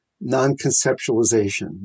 non-conceptualization